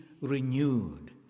renewed